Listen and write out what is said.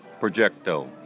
Projecto